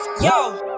Yo